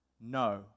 No